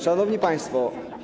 Szanowni Państwo!